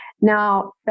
Now